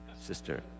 sister